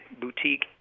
boutique